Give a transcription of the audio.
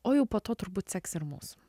o jau po to turbūt seks ir mūsų